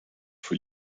for